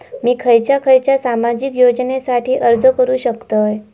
मी खयच्या खयच्या सामाजिक योजनेसाठी अर्ज करू शकतय?